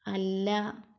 അല്ല